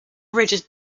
rigid